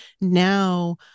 now